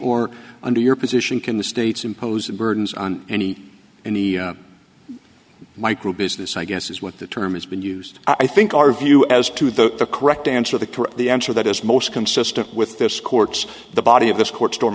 or under your position can the states impose burdens on any in the micro business i guess is what the term has been used i think our view as to the correct answer the the answer that is most consistent with this court's the body of this court storm